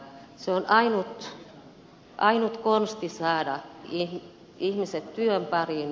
se on ainut konsti saada ihmiset työn pariin